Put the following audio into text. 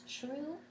true